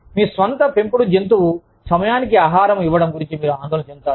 కానీ మీరు మీ స్వంత పెంపుడు జంతువు సమయానికి ఆహారం ఇవ్వడం గురించి ఆందోళన చెందుతారు